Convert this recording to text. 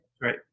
Right